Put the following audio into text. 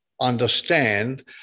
understand